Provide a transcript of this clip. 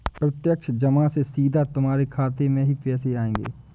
प्रत्यक्ष जमा से सीधा तुम्हारे खाते में ही पैसे आएंगे